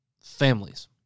families